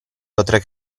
potrai